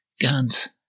guns